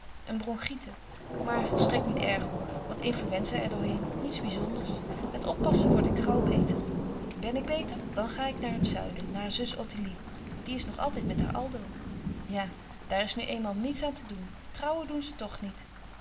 een bronchite maar volstrekt niet erg hoor wat influenza er doorheen niets bizonders met oppassen word ik gauw beter ben ik beter dan ga ik naar het zuiden naar zus ottilie die is nog altijd met haar aldo ja daar is nu eenmaal niets aan te doen trouwen doen ze toch niet